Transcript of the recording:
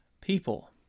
people